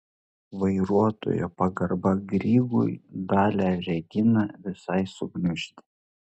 vairuotojo pagarba grygui dalią reginą visai sugniuždė